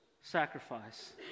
sacrifice